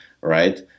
right